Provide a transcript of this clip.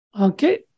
Okay